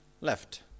Left